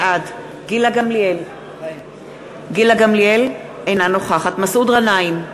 בעד גילה גמליאל, אינה נוכחת מסעוד גנאים,